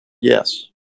Yes